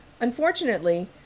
Unfortunately